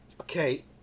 okay